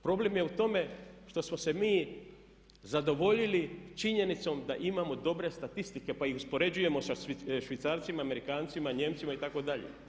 Problem je u tome što smo se mi zadovoljili činjenicom da imamo dobre statistike pa ih uspoređujemo sa Švicarcima, Amerikancima, Nijemcima itd.